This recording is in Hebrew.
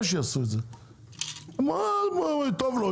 טוב לו,